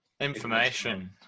information